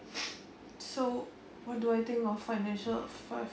so what do I think of financial